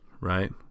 Right